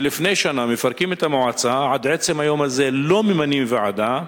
שלפני שנה מפרקים את המועצה ועד עצם היום הזה לא ממנים ועדה,